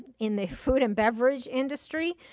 in the food and beverage industry,